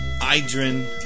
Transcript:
Idrin